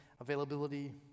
availability